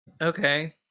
Okay